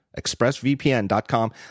expressvpn.com